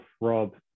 Rob